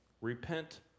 Repent